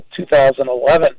2011